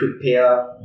prepare